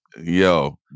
Yo